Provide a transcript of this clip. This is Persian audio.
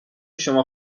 شما